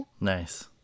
Nice